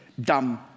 dumb